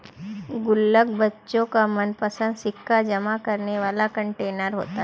गुल्लक बच्चों का मनपंसद सिक्का जमा करने वाला कंटेनर होता है